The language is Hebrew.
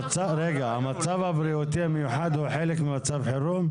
המצב הבריאותי המיוחד הוא חלק ממצב חירום?